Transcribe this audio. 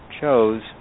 chose